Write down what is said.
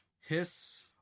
Hiss